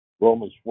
Romans